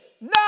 No